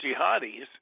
jihadis